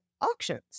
auctions